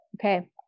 Okay